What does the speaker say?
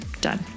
done